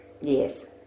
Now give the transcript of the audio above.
Yes